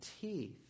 teeth